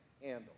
handle